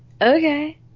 okay